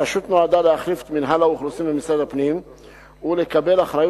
הרשות נועדה להחליף את מינהל האוכלוסין במשרד הפנים ולקבל אחריות